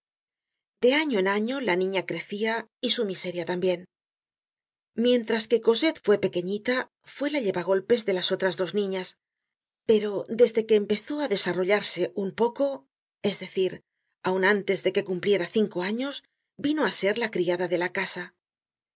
de año en año la niña crecia y su miseria tambien mientras que cosette fue pequeñita fue la lleva golpes de las otras dos niñas pero desde que empezó á desarrollarse un poco es decir aun antes de que cumpliera cinco años vino á ser la criada de la casa